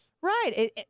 Right